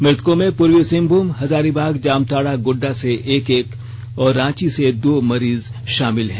मृतकों में पूर्वी सिंहभूम हजारीबागजामताड़ा गोड्डा से एक एक और रांची से दो मरीज शामिल हैं